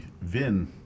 VIN